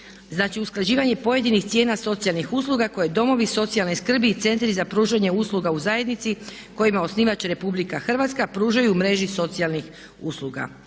znači usklađivanje pojedinih cijena socijalnih usluga koje domovi socijalne skrbi i Centri za pružanje usluga u zajednici kojima je osnivač Republika Hrvatska pružaju mreži socijalnih usluga.